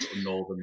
Northern